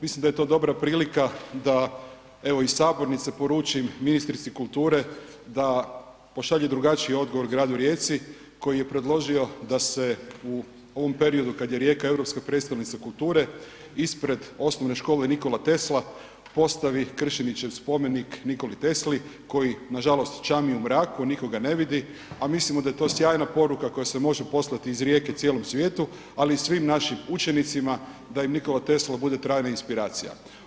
Mislim da je to dobra prilika da evo iz sabornice poručim ministrici kulture da pošalje drugačiji odgovor gradu Rijeci koji je predložio da se u ovom periodu kada je Rijeka Europska prijestolnice kulture ispred Osnovne škole Nikola Tesla, Kršinićev spomenik Nikoli Tesli koji nažalost čami u mraku, a niko ga ne vidi, a mislimo da je to sjajna poruka koja se može poslati iz Rijeke cijelom svijetu, ali i svim našim učenicima da im Nikola Tesla bude trajna inspiracija.